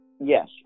yes